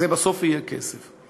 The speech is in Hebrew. בסוף זה יהיה כסף.